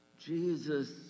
Jesus